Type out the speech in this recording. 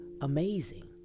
amazing